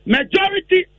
Majority